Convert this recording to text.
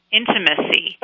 intimacy